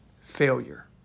failure